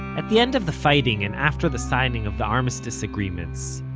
at the end of the fighting and after the signing of the armistice agreements,